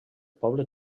poble